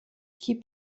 qui